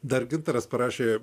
dar gintaras parašė